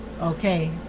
Okay